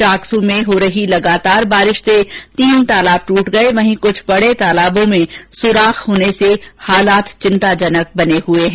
चाकसू में लगातार हो रही बारिष से तीन तालाब टूट गये वहीं कुछ बडे तालाबों में सुराख होने से हालात चिंताजनक बने हुए हैं